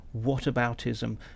whataboutism